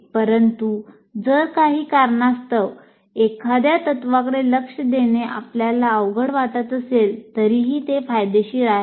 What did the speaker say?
परंतु जर काही कारणास्तव एखाद्या तत्त्वाकडे लक्ष देणे आपल्याला अवघड वाटत असेल तरीही ते फायदेशीर आहेत